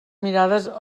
mirades